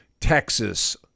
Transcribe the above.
Texas